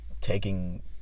taking